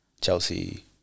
Chelsea